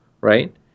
right